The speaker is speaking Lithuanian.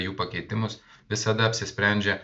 jų pakeitimus visada apsisprendžia